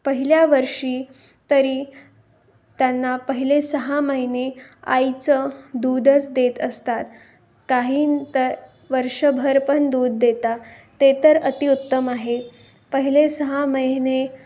पहिल्या वर्षी तरी त्यांना पहिले सहा महिने आईचं दूधच देत असतात काहीं तर वर्षभर पण दूध देतात ते तर अतिउत्तम आहे पहिले सहा महिने